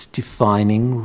defining